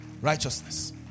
Righteousness